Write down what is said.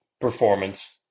performance